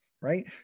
right